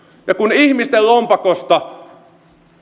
ja kun ihmisten lompakoista